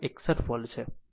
61 volt છે